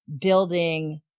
building